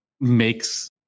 makes